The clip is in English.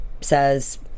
says